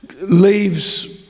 leaves